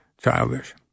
childish